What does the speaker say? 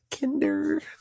kinder